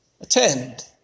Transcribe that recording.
attend